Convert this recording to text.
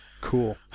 Cool